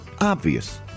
Obvious